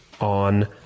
on